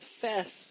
confess